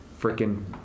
freaking